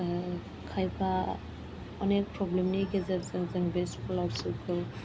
खायफा अनेख प्रब्लेमनि गेजेरजों जों बे स्क'लारशिपखौ